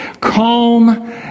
Calm